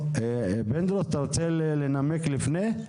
פינדרוס, אתה רוצה לנמק לפני כן?